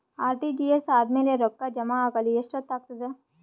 RTGS ಆದ್ಮೇಲೆ ರೊಕ್ಕ ಜಮಾ ಆಗಲು ಎಷ್ಟೊತ್ ಆಗತದ?